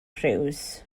cruise